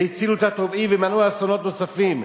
הצילו את הטובעים ומנעו אסונות נוספים.